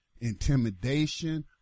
intimidation